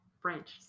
French